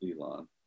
Elon